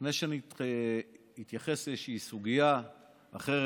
לפני שאני אתייחס לאיזושהי סוגיה אחרת,